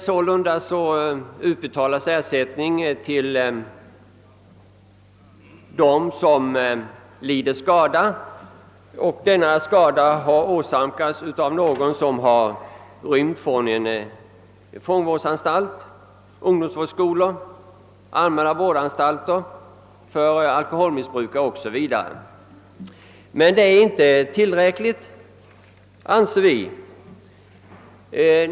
Sålunda utbetalas ersättning till dem som lider skada åsamkad av någon som rymt från fångvårdsanstalt, ungdomsvårdsskola, allmän vårdanstalt för alkoholmissbrukare o.s.v. Men det är inte tillräckligt, anser vi.